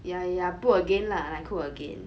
ya ya put again lah like cook again